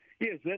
Yes